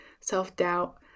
self-doubt